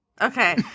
Okay